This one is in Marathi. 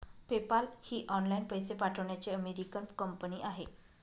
पेपाल ही ऑनलाइन पैसे पाठवण्याची अमेरिकन कंपनी आहे